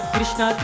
Krishna